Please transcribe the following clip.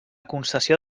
concessió